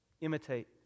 imitate